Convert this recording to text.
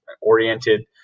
oriented